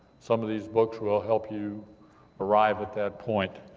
some of these books will help you arrive at that point.